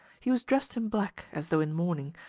he was dressed in black, as though in mourning,